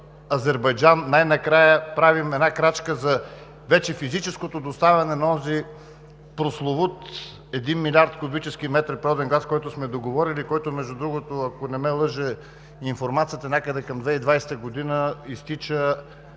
Азербайджан най-накрая правим една крачка за вече физическото доставяне на онзи прословут един милиард кубически метра природен газ, който сме договорили, за който, между другото, ако не ме лъже информацията, някъде към 2020 г. изтича